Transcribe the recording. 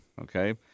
Okay